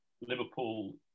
Liverpool